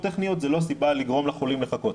סיבות טכניות זה לא סיבה לגרום לחולים לחכות.